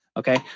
Okay